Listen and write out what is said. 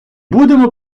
будемо